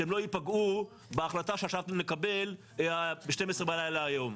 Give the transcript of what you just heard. שהן לא ייפגעו מההחלטה שעכשיו צריך לקבל ב-12 בלילה היום.